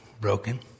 broken